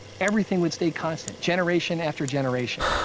everything would stay constant, generation after generation.